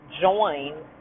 join